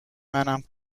منم